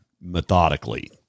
methodically